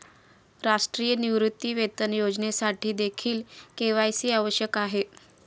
राष्ट्रीय निवृत्तीवेतन योजनेसाठीदेखील के.वाय.सी आवश्यक आहे